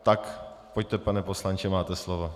Tak pojďte, pane poslanče, máte slovo.